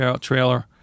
trailer